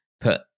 put